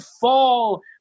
fall